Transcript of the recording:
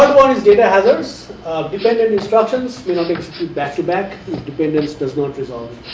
is data hazards dependent instructions may not execute back to back if dependence does not resolve.